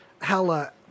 hella